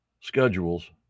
schedules